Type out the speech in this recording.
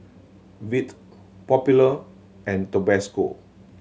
Veet Popular and Tabasco